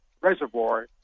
reservoir